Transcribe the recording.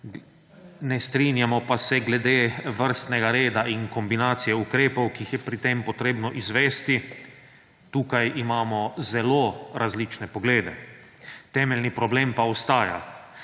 Ne strinjamo pa se glede vrstnega reda in kombinacije ukrepov, ki jih je pri tem potrebno izvesti. Tukaj imamo zelo različne poglede. Temeljni problem pa ostaja,